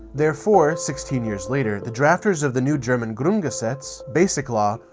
therefore, sixteen years later, the drafters of the new german grundgesetz, basic law,